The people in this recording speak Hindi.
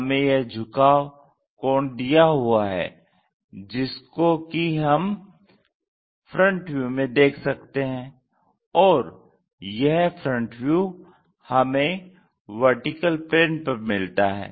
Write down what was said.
हमें यह झुकाव कोण दिया हुआ है जिसको कि हम FV में देख सकते है और यह FV हमें VP पर मिलता है